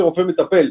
כרופא מטפל,